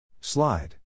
Slide